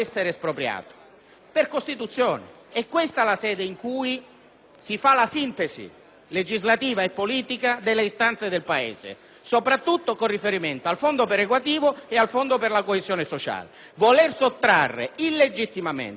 norma costituzionale. È questa la sede in cui si compie la sintesi legislativa e politica delle istanze del Paese, soprattutto con riferimento al fondo perequativo e al fondo per la coesione sociale.